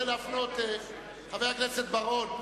חבר הכנסת בר-און,